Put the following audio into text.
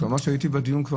הייתי בדיון,